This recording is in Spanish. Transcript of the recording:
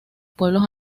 pueblos